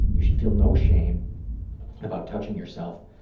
you should feel no shame about touching yourself.